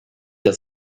der